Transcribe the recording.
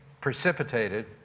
precipitated